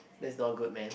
that's not good man